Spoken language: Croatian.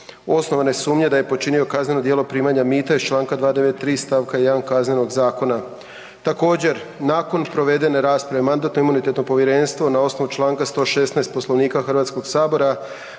osnovane sumnje da je počinio kazneno djelo primanja mita iz čl. 293. st. 1. Kaznenog zakona. Također, nakon provedene rasprave, Mandatno-imunitetno povjerenstvo na osnovu čl. 116. Poslovnika HS-a predlaže